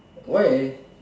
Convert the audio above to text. why